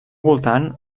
voltant